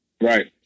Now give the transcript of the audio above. Right